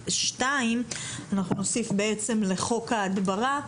ו(2) אנחנו נוסיף בעצם לחוק ההדברה,